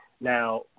Now